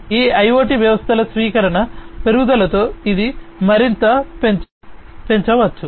ఈ IoT వ్యవస్థల స్వీకరణ పెరుగుదలతో ఇది మరింత పెంచవచ్చు